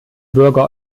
bürger